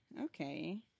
Okay